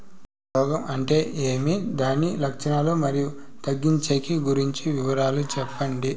రోగం అంటే ఏమి దాని లక్షణాలు, మరియు తగ్గించేకి గురించి వివరాలు సెప్పండి?